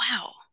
Wow